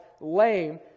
lame